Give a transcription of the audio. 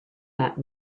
that